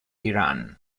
iran